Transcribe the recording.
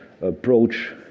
approach